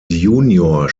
junior